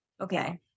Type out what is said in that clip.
Okay